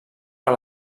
per